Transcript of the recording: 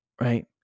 Right